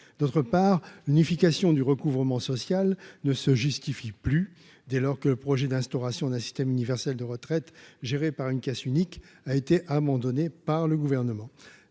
ailleurs, l'unification du recouvrement social ne se justifie plus, dès lors que le projet d'instauration d'un système universel de retraites géré par une caisse unique a été abandonné par le Gouvernement.